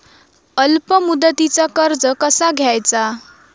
अल्प मुदतीचा कर्ज कसा घ्यायचा?